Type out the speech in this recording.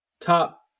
top